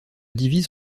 divise